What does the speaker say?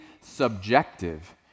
subjective